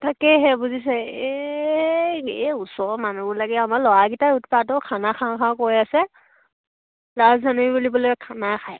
তাকেহে বুজিছে এই এই ওচৰ মানুহবিলাকে আমাৰ ল'ৰাকেইটাৰ উৎপাত অ' খানা খাওঁ খাওঁ কৈ আছে লাষ্ট জানুৱাৰী বুলি বোলে খানা খায়